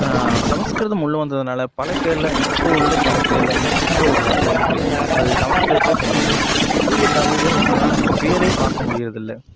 சமஸ்கிருதம் உள்ளே வந்ததினால பல பேரில் இப்போது உள்ள பல பேரில் ஷ் ங்கிற ஒரு வார்த்தை இருக்குது அது சமஸ்கிருதத்தை சேர்ந்தது தூய தமிழில் இப்போ எல்லாம் நம்ம பேரே பார்க்க முடியறதில்ல